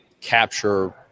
capture